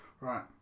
right